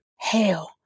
Hail